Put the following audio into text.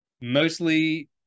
mostly